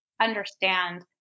understand